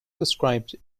described